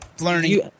Learning